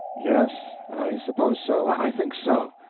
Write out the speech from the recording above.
yes i suppose so. i think so.